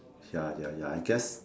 ya ya ya I guess